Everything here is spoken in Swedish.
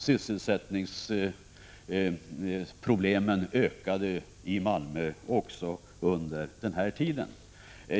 Sysselsättningsproblemen ökade i Malmö under denna tid.